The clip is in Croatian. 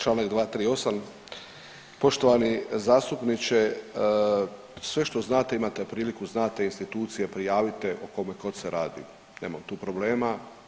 Članak 238., poštovani zastupniče sve što znate imate priliku znate institucije, prijavite o kome god se radi, nema tu problema.